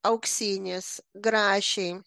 auksinis grašiai